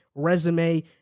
Resume